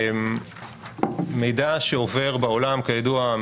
מידע שעובר בעולם כידוע,